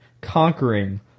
conquering